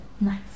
Nice